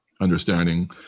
understanding